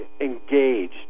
engaged